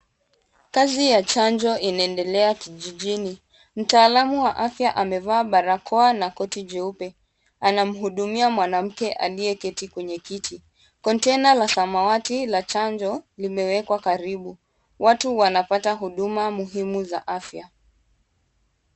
Kazi ya chanjo inaendelea kijijini. Mtaalamu wa afya amevaa barakoa na koti jeupe. Anamhudumia mwanamke aliye keti kwenye kiti. Kontena la samawati la chanjo limewekwa karibu. Watu wanapata huduma muhimu za afya.